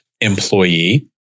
employee